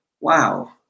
wow